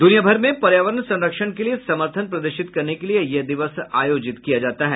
दुनिया भर में पर्यावरण संरक्षण के लिए समर्थन प्रदर्शित करने के लिए यह दिवस आयोजित किया जाता है